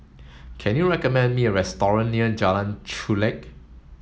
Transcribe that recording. can you recommend me a restaurant near Jalan Chulek